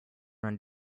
run